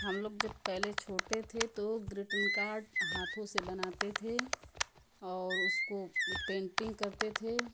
हम लोग जब पहले छोटे थे तो ग्रीटिंग कार्ड हाथों से बनाते थे और उसको पेंटिंग करते थे